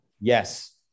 Yes